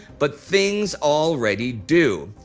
but things already do.